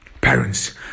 parents